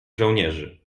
żołnierzy